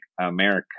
America